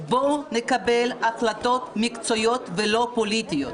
בואו נקבל החלטות מקצועיות ולא פוליטיות.